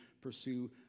pursue